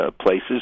places